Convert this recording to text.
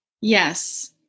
Yes